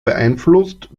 beeinflusst